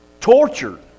Tortured